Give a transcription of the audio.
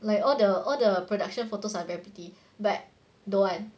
like all the all the production photos are very pretty but don't want